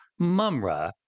Mumra